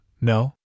no